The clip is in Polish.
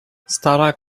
stara